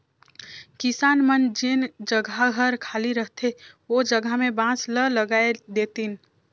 किसान मन जेन जघा हर खाली रहथे ओ जघा में बांस ल लगाय देतिन